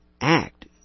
act